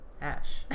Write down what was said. Ash